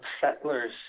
settlers